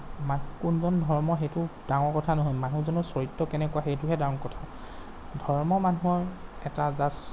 কোনজন ধৰ্মৰ হেইটো ডাঙৰ কথা নহয় মানুহজনৰ চৰিত্ৰ কেনেকুৱা সেইটোহে ডাঙৰ কথা ধৰ্ম মানুহৰ এটা জাষ্ট